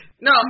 No